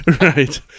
Right